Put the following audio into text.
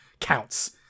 counts